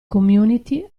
community